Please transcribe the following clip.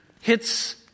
hits